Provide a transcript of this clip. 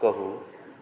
कहू